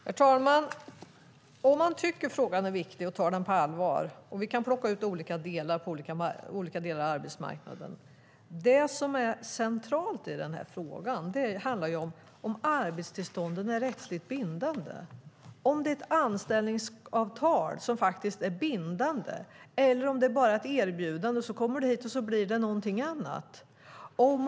Herr talman! Om man tycker att frågan är viktig och tar den på allvar - vi kan plocka ut olika delar av arbetsmarknaden - är det centrala om arbetstillstånden är rättsligt bindande. Är det fråga om ett anställningsavtal som är rättsligt bindande, eller är det bara ett erbjudande som innebär att det kan bli något annat när man väl har kommit hit?